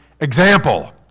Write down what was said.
example